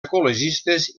ecologistes